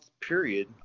period